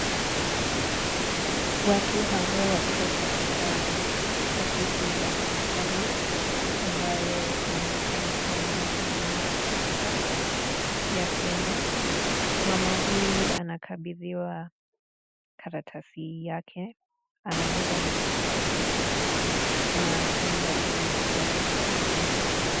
Watu hawa wako katika ofisi za serikali, ambayo inaonekana kuwa ni huduma centre ya Kenya. Mama huyu anakabidhiwa karatasi yake, amebeba mtoto wake na kuenda ili kupata usaidizi.